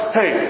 hey